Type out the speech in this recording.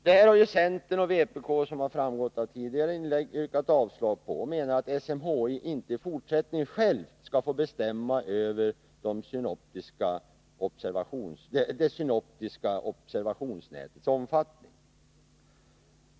Detta har centern och vpk i en reservation yrkat avslag på och menar att SMHI inte i fortsättningen självt skall få bestämma över det synoptiska observationsnätets omfattning.